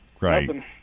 Right